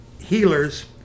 healers